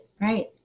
Right